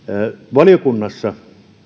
valiokunnassa